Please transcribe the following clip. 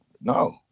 no